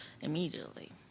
immediately